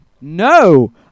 No